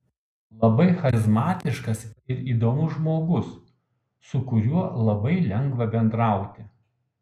labai charizmatiškas ir įdomus žmogus su kuriuo labai lengva bendrauti